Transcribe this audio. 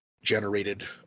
generated